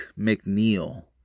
McNeil